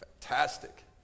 Fantastic